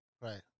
Right